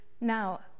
Now